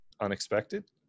unexpected